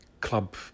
club